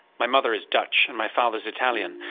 my mother is dutch and my father's italian,